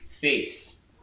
face